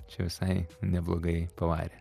čia visai neblogai pavarė